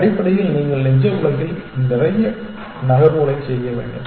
அடிப்படையில் நீங்கள் நிஜ உலகில் நிறைய நகர்வுகளை செய்ய வேண்டும்